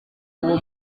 uwo